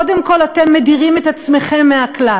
קודם כול, אתם מדירים את עצמכם מהכלל,